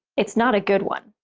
it's not a good one.